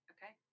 Okay